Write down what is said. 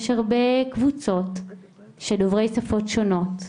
יש הרבה קבוצות של דוברי שפות שונות,